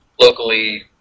locally